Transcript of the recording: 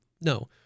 No